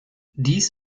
dies